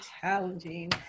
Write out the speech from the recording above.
challenging